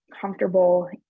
comfortable